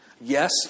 Yes